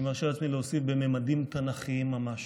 אני מרשה לעצמי להוסיף: בממדים תנ"כיים ממש.